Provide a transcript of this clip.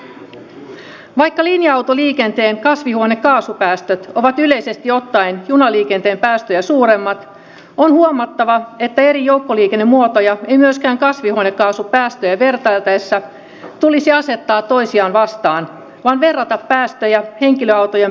vaikka linja autoliikenteen kasvihuonekaasupäästöt ovat yleisesti ottaen junaliikenteen päästöjä suuremmat on huomattava että eri joukkoliikennemuotoja ei myöskään kasvihuonekaasupäästöjä vertailtaessa tulisi asettaa toisiaan vastaan vaan verrata päästöjä henkilöautojen päästöihin